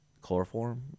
Chloroform